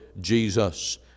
Jesus